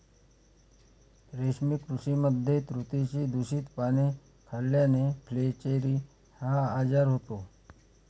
रेशमी कृमींमध्ये तुतीची दूषित पाने खाल्ल्याने फ्लेचेरी हा आजार होतो